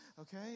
Okay